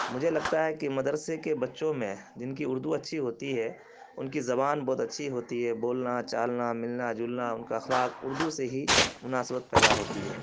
مجھے لگتا ہے کہ مدرسے کے بچوں میں جن کی اردو اچھی ہوتی ہے ان کی زبان بہت اچھی ہوتی ہے بولنا چالنا ملنا جلنا ان کا اخلاق اردو سے ہی مناسبت پیدا ہوتی ہے